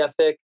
ethic